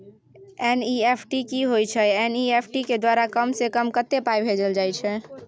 NEFT की होय छै एन.ई.एफ.टी के द्वारा कम से कम कत्ते पाई भेजल जाय छै?